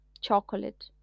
chocolate